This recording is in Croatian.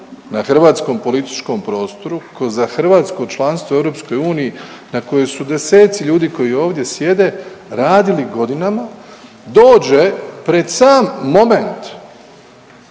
na hrvatskom političkom prostoru, tko za hrvatsko članstvo u EU na kojem su deseci ljudi koji ovdje sjede radili godinama dođe pred sam moment